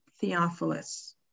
Theophilus